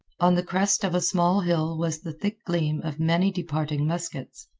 on the crest of a small hill was the thick gleam of many departing muskets.